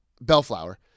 Bellflower